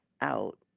out